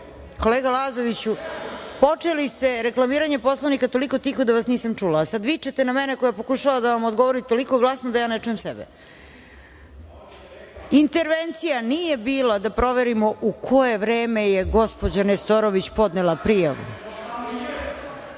Kolega Lazoviću, počeli ste da reklamirate povredu Poslovnika toliko tiho da vas nisam čula, a sada vičete na mene, koja pokušava da vam odgovori, toliko glasno, da ja ne čujem sebe. Intervencija nije bila da proverimo u koje vreme je gospođa Nestorović podnela